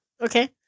okay